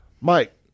Mike